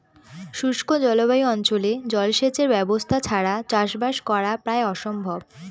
শুষ্ক জলবায়ু অঞ্চলে জলসেচের ব্যবস্থা ছাড়া চাষবাস করা প্রায় অসম্ভব